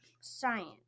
Science